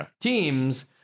teams